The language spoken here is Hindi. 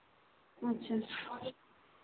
अच्छा